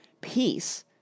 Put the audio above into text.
peace